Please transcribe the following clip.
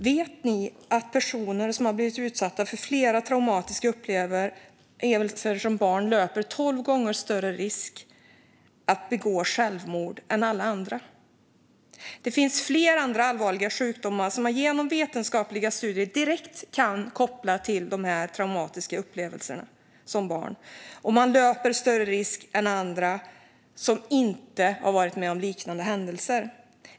Vet ni att personer som har blivit utsatta för flera traumatiska upplevelser som barn löper tolv gånger större risk att begå självmord än alla andra? Det finns flera andra allvarliga sjukdomar som man enligt vetenskapliga studier direkt kan koppla till dessa traumatiska upplevelser som barn och som man löper större risk att drabbas av än andra som inte varit med om liknande händelser.